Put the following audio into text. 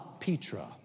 Petra